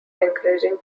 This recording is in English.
encouraging